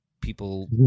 people